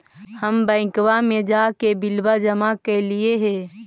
हम बैंकवा मे जाके बिलवा जमा कैलिऐ हे?